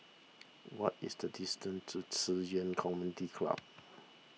what is the distance to Ci Yuan Community Club